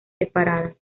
separadas